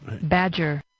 Badger